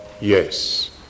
yes